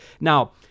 Now-